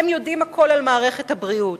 הם יודעים הכול על מערכת הבריאות,